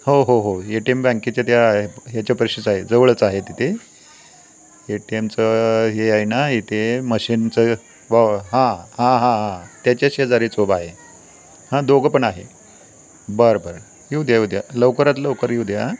हो हो हो ए टी एम बँकेच्या त्या ह्याच्यापाशीचं आहे जवळच आहे तिथे ए टी एमचं हे आहे ना इथे मशीनचं वा वा हां हां हां हां त्याच्या शेजारीच उभा आहे हां दोघं पण आहे बरं बरं येऊ द्या येऊ द्या लवकरात लवकर येऊ द्या